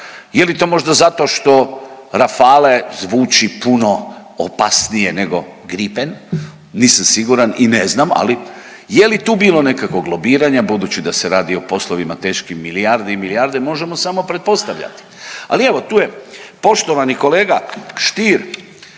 Je li to možda zato što Rafale zvuči puno opasnije nego Gripen? Nisam siguran i ne znam ali, je li tu bilo nekakvog lobiranja, budući da se radi o poslovima teškim milijarde i milijarde, možemo samo pretpostavljati. Ali evo tu je poštovani kolega Stier